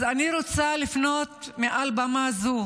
אז אני רוצה לפנות מעל במה זו